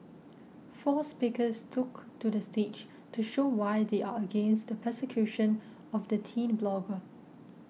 four speakers took to the stage to show why they are against the persecution of the teen blogger